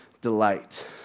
delight